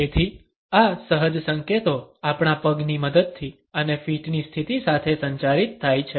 તેથી આ સહજ સંકેતો આપણા પગની મદદથી અને ફીટની સ્થિતિ સાથે સંચારિત થાય છે